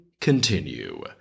continue